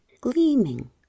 gleaming